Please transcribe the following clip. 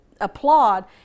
applaud